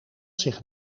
zich